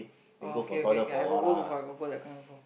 oh okay okay okay I got go before I got go that kind before